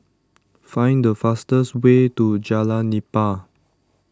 find the fastest way to Jalan Nipah